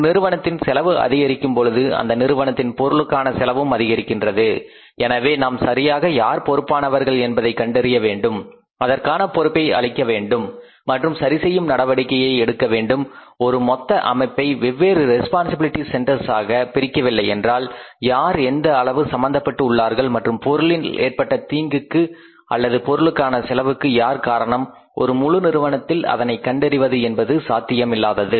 ஒரு நிறுவனத்தின் செலவு அதிகரிக்கும் பொழுது அந்த நிறுவனத்தின் பொருளுக்கான செலவும் அதிகரிக்கின்றது எனவே நாம் சரியாக யார் பொறுப்பானவர்கள் என்பதை கண்டறிய வேண்டும் அதற்கான பொறுப்பை அளிக்க வேண்டும் மற்றும் சரி செய்யும் நடவடிக்கையை எடுக்க வேண்டும் ஒரு மொத்த அமைப்பை வெவ்வேறு ரெஸ்பான்சிபிலிட்டி சென்டெர்ஸாக பிரிக்கவில்லையென்றால் யார் எந்த அளவு சம்பந்தப்பட்டு உள்ளார்கள் மற்றும் பொருளில் ஏற்பட்ட தீங்குக்கு அல்லது பொருளுக்கான செலவுக்கு யார் காரணம் ஒரு முழு நிறுவனத்தில் அதனை கண்டறிவது என்பது சாத்தியமில்லாதது